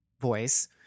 voice